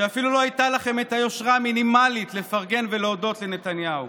ואפילו לא הייתה לכם את היושרה המינימלית לפרגן ולהודות לנתניהו.